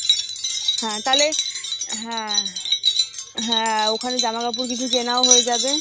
হ্যাঁ তাহলে হ্যাঁ হ্যাঁ ওখানে জামা কাপড় কিছু কেনাও হয়ে যাবে